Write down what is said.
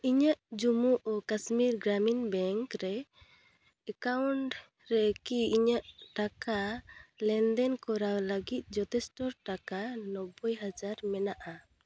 ᱤᱧᱟᱹᱜ ᱡᱚᱢᱢᱩ ᱳ ᱠᱟᱥᱢᱤᱨ ᱜᱨᱟᱢᱤᱱ ᱵᱮᱝᱠᱨᱮ ᱮᱠᱟᱣᱩᱱᱴ ᱨᱮᱠᱤ ᱤᱧᱟᱹᱜ ᱴᱟᱠᱟ ᱞᱮᱱᱫᱮᱱ ᱠᱚᱨᱟᱣ ᱞᱟᱹᱜᱤᱫ ᱡᱚᱛᱷᱮᱥᱴᱚ ᱴᱟᱠᱟ ᱱᱚᱵᱽᱵᱚᱭ ᱦᱟᱡᱟᱨ ᱢᱮᱱᱟᱜᱼᱟ